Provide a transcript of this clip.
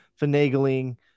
finagling